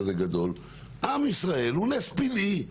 עם ישראל הוא נס פלאי,